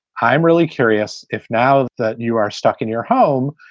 i'm really curious if now that you are stuck in your home,